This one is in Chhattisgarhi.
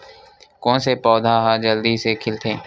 कोन से पौधा ह जल्दी से खिलथे?